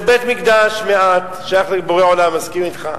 זה בית-מקדש מעט, שייך לבורא עולם, מסכים אתך.